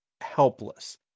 helpless